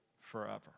forever